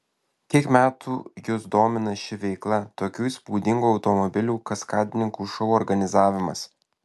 kiek metų jus domina ši veikla tokių įspūdingų automobilių kaskadininkų šou organizavimas